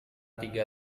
tiga